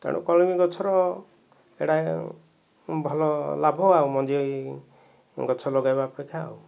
ତେଣୁ କଲମି ଗଛର ଏହିଗୁଡ଼ା ଭଲ ଲାଭ ଆଉ ମଞ୍ଜି ଗଛ ଲଗାଇବା ଅପେକ୍ଷା ଆଉ